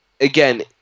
again